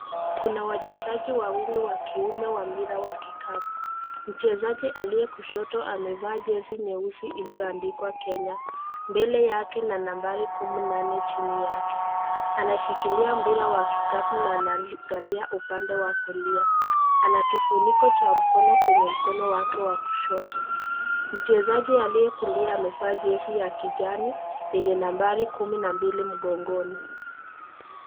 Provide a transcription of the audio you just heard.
Kuna wachezaji wawili wa kiume wa mpira wa kikapu mchezaji aliyekushoto amevaa jezi nyeusi iliyoandikwa Kenya mbele yake chini yake. Anashikilia mpira wa kikapu na anaangalia upande wa kulia ana kifuniko cha mkono kwenye mkono wake wa kushoto. Mchezaji aliyekulia amevaa jezi ya kijani yenye nambari kumi na mbili mgongoni.